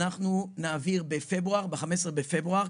אנחנו נעביר ב-15 בפברואר,